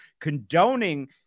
condoning